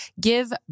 give